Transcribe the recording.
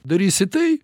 darysi tai